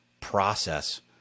process